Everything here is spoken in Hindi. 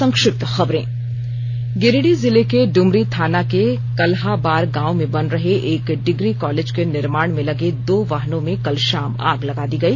संक्षिप्त खबरें गिरिडीह जिले के डुमरी थाना के कलहाबार गाँव में बन रहे एक डिग्री कॉलेज के निर्माण में लगे दो वाहनों में कल शाम आग लगा दी गई